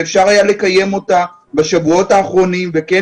שאפשר היה לקיים אותה בשבועות האחרונים וכן